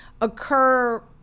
occur